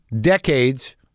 decades